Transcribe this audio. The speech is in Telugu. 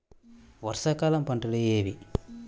వర్షాకాలం పంటలు ఏవి?